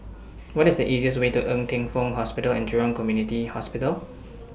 What IS The easiest Way to Ng Teng Fong Hospital and Jurong Community Hospital